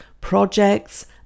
projects